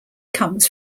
comes